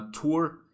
tour